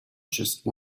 just